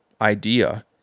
idea